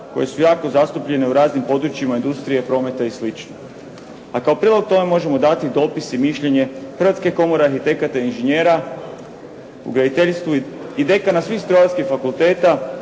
koje su jako zastupljene u raznim područjima industrije, prometa i slično. A kao prilog tome možemo dati dopis i mišljenje Hrvatske komore arhitekata i inženjera u graditeljstvu i dekana svih strojarskih fakulteta